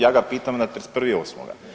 Ja ga pitam na 31.8.